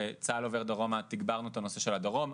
ב"צהל עובר דרומה" תגברנו את הנושא של הדרום,